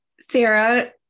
Sarah